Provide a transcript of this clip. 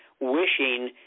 wishing